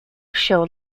show